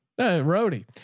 Roadie